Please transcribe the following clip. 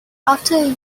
after